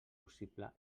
possible